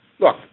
Look